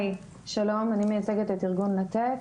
אני מייצגת את ארגון "לתת",